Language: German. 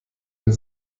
mit